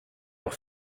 auch